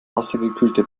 wassergekühlte